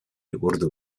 urdu